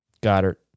Goddard